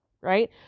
right